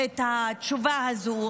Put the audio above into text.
התשובה הזו,